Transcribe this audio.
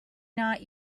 not